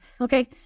okay